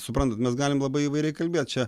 suprantat mes galim labai įvairiai kalbėt čia